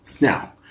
Now